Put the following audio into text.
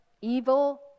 evil